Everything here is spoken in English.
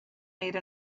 made